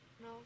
No